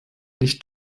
nicht